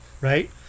Right